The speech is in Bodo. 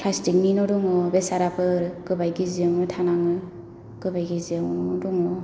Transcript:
फ्लासथिखनि न' दङ बेसाराफोर गोबाय गिजि जोंनो थानाङो गोबाय गिजियाव न' दङ